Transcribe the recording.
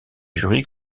jury